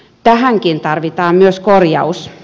tähänkin tarvitaan kor jaus